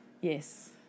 Yes